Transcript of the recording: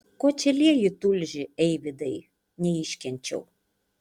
ko čia lieji tulžį eivydai neiškenčiau